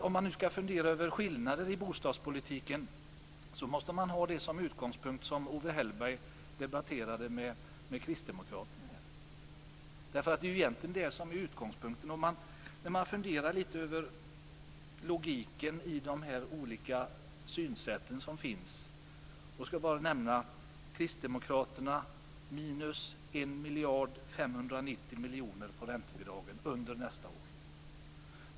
Om man nu skall fundera över skillnader i bostadspolitiken måste man ha det som utgångspunkt som Owe Hellberg debatterade med kristdemokraterna. Logiken i de olika synsätt som finns i det här avseendet går ut på följande. Kristdemokraterna vill ha en minskning med 1 590 miljoner på räntebidragen under nästa år.